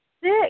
six